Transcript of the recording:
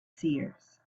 seers